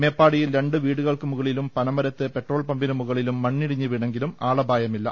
മേപ്പാടിയിൽ രണ്ട് വീടുകൾക്കുമുകളിലും പന മരത്ത് പെട്രോൾ പമ്പിന് മുകളിലും മണ്ണിടിഞ്ഞ് വീണെങ്കിലും ആളപായമില്ല